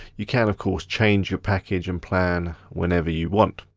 you can, of course, change your package and plan whenever you want.